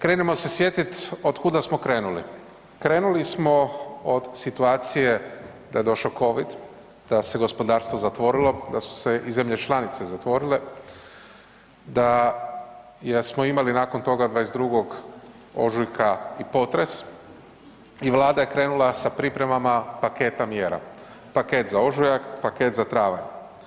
Krenimo se sjetit od kuda smo krenuli, krenuli smo od situacije da je došao covid, da se gospodarstvo zatvorilo, da su se i zemlje članice zatvorile, da smo imali nakon toga 22. ožujka i potres i Vlada je krenula sa pripremama paketa mjera, paket za ožujak, paket za travanj.